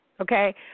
okay